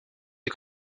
des